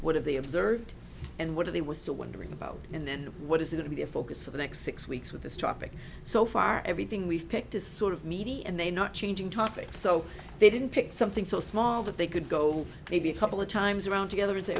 what have they observed and what they were still wondering about and then what is it to be a focus for the next six weeks with this topic so far everything we've picked is sort of meaty and they not changing topics so they didn't pick something so small that they could go maybe a couple of times around together and say